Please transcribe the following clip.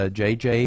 jj